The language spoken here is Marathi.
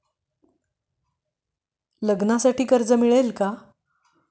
लग्नासाठी कर्ज मिळेल का?